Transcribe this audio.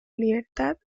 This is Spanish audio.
libertad